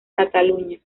cataluña